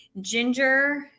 Ginger